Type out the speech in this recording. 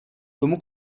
tomu